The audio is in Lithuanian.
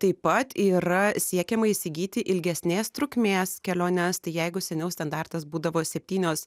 taip pat yra siekiama įsigyti ilgesnės trukmės keliones tai jeigu seniau standartas būdavo septynios